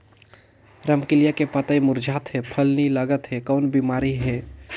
रमकलिया के पतई मुरझात हे फल नी लागत हे कौन बिमारी हे?